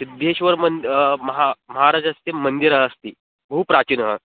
सिद्धेश्वरः मन्द् महा महाराजस्य मन्दिरम् अस्ति बहु प्राचीनम्